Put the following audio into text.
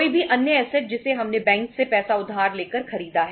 वे assets नहीं करेंगे